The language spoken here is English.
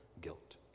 guilt